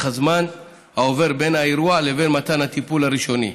הזמן העובר בין האירוע לבין מתן הטיפול הראשוני.